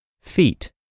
Feet